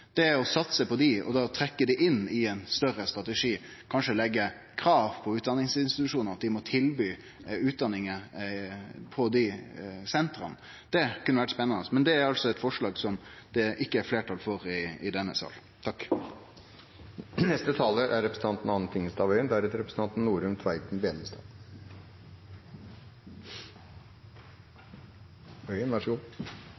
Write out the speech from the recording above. heile landet. Å satse på dei og trekkje det inn i ein større strategi, kanskje leggje krav på utdanningsinstitusjonane om at dei må tilby utdanningar på dei sentra, det kunne ha vore spennande. Men det er altså eit forslag som det ikkje er fleirtal for i denne